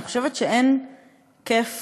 אני חושבת שאין כיף